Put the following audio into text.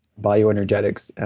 bioenergetics,